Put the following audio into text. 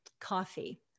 coffee